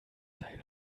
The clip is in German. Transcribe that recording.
seil